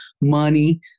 money